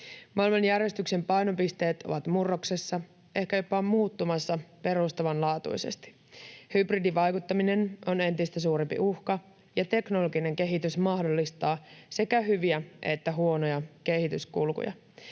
Maailmanjärjestyksen painopisteet ovat murroksessa, ehkä jopa muuttumassa perustavanlaatuisesti. Hybridivaikuttaminen on entistä suurempi uhka, ja teknologinen kehitys mahdollistaa sekä hyviä että huonoja kehityskulkuja.